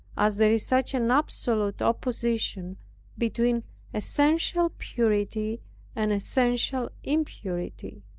as there is such an absolute opposition between essential purity and essential impurity.